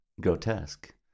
grotesque